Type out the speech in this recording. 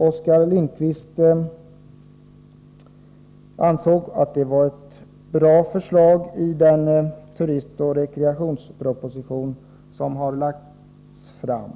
Oskar Lindkvist ansåg att det var ett bra förslag i den turistoch rekreationsproposition som lagts fram.